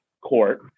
court